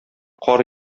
кар